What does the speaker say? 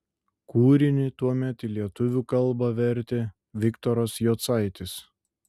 kūrinį tuomet į lietuvių kalbą vertė viktoras jocaitis